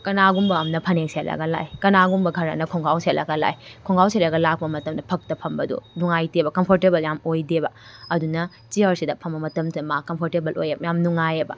ꯀꯅꯥꯒꯨꯝꯕ ꯑꯃꯅ ꯐꯅꯦꯛ ꯁꯦꯠꯂꯒ ꯂꯥꯛꯑꯦ ꯀꯅꯥꯒꯨꯝꯕ ꯈꯔꯅ ꯈꯣꯡꯒ꯭ꯔꯥꯎ ꯁꯦꯠꯂꯒ ꯂꯥꯛꯑꯦ ꯈꯣꯡꯒ꯭ꯔꯥꯎ ꯁꯦꯠꯂꯒ ꯂꯥꯛꯄ ꯃꯇꯝꯗ ꯐꯛꯇ ꯐꯝꯕꯗꯨ ꯅꯨꯡꯉꯥꯏꯇꯦꯕ ꯀꯝꯐꯣꯔꯇꯦꯕꯜ ꯌꯥꯝ ꯑꯣꯏꯗꯦꯕ ꯑꯗꯨꯅ ꯆꯤꯌꯔꯁꯤꯗ ꯐꯝꯕ ꯃꯇꯝꯗ ꯃꯥ ꯀꯝꯐꯣꯔꯇꯦꯕꯜ ꯑꯣꯏ ꯌꯥꯝ ꯅꯨꯡꯉꯥꯏꯕꯌꯦꯕ